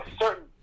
certain